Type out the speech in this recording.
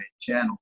channel